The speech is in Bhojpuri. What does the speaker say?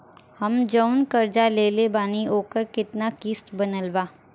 हम जऊन कर्जा लेले बानी ओकर केतना किश्त बनल बा?